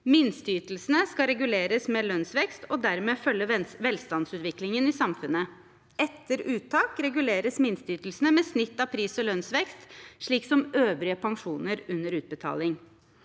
Minsteytelsene skal reguleres med lønnsvekst og dermed følge velstandsutviklingen i samfunnet. Etter uttak reguleres minsteytelsene med snitt av pris- og lønnsvekst, slik som øvrige pensjoner under utbetaling.